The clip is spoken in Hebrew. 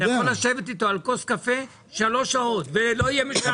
אתה יכול שבת איתו על כוס קפה שלוש שעות ולא יהיה משעמם.